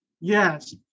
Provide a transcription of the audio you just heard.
yes